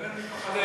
דבר מתוך הלב.